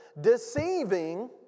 deceiving